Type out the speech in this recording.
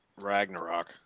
Ragnarok